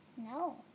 No